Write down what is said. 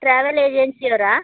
travel agency ಅವರಾ